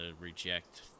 reject